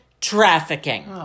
trafficking